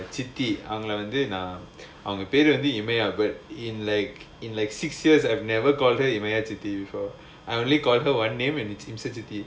சித்தி அவங்கள வந்து நான் அவங்க பெரே வந்து இமையா:chithi avangala vandhu naan avanga perae vandhu imaiyaa but in like in like six years I've never call her இமையாசித்தி:imaiyaachithi before I only call her one name and it's இம்சசித்தி:imsachithi